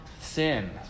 sin